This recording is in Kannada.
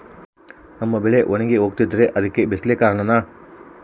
ನಮ್ಮ ಬೆಳೆ ಒಣಗಿ ಹೋಗ್ತಿದ್ರ ಅದ್ಕೆ ಬಿಸಿಲೆ ಕಾರಣನ?